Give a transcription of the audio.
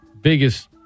Biggest